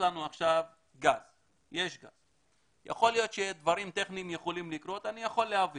10 שנים יהיו